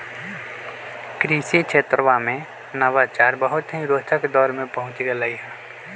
कृषि क्षेत्रवा में नवाचार बहुत ही रोचक दौर में पहुंच गैले है